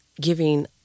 giving